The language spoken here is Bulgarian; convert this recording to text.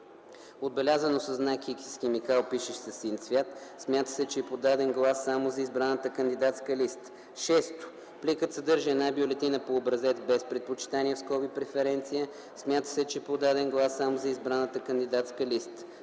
отбелязано със знак „Х” и с химикал, пишещ със син цвят – смята се, че е подаден глас само за избраната кандидатска листа; 6. пликът съдържа една бюлетина по образец без предпочитание (преференция) – смята се, че е подаден глас само за избраната кандидатска листа;